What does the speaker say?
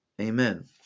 Amen